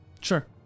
Sure